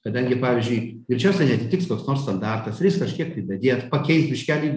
kadangi pavyzdžiui greičiausia neatitiks koks nors standartas turės kažkiek tai dadėt pakeist biškelį